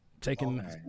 Taking